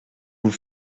vous